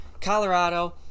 Colorado